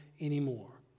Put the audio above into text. anymore